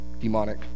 demonic